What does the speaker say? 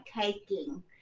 taking